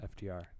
FDR